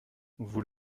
vous